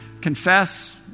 confess